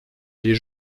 les